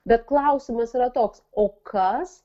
bet klausimas yra toks o kas